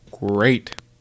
Great